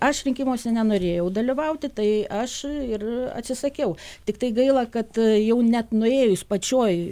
aš rinkimuose nenorėjau dalyvauti tai aš ir atsisakiau tiktai gaila kad jau net nuėjus pačioj